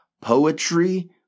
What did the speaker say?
poetry